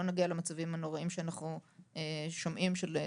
נגיע למצבים הנוראים שאנחנו שומעים עליהם,